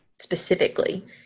specifically